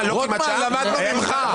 רוטמן, למדנו ממך.